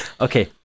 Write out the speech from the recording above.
okay